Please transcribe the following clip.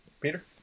Peter